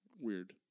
Weird